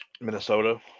Minnesota